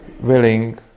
willing